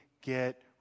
get